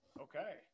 Okay